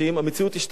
המציאות השתנתה.